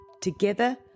Together